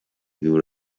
دور